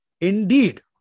Indeed